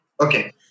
Okay